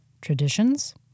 traditions